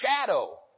shadow